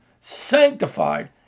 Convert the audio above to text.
sanctified